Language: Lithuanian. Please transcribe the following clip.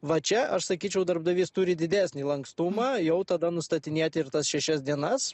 va čia aš sakyčiau darbdavys turi didesnį lankstumą jau tada nustatinėti ir tas šešias dienas